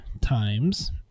times